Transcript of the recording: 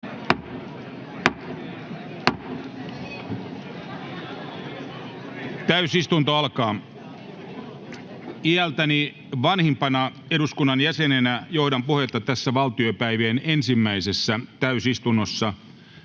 Täysistunto alkaa. Iältäni vanhimpana eduskunnan jäsenenä johdan puhetta tässä valtiopäivien ensimmäisessä täysistunnossa,